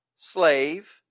slave